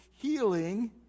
healing